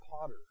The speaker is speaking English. potter